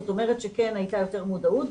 זאת אומרת שכן הייתה יותר מודעות.